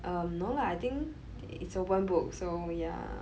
um no lah I think it's open book so yeah